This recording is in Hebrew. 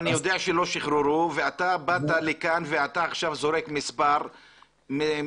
אני יודע שלא שוחררו ואתה באת לכאן ואתה עכשיו זורק מספר מסנוור,